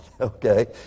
okay